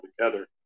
together